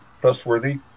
trustworthy